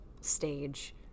stage